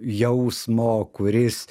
jausmo kuris